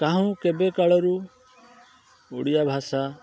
କାହୁଁ କେବେ କାଳରୁ ଓଡ଼ିଆ ଭାଷା